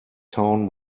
town